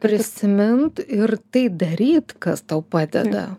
prisimint ir tai daryt kas tau padeda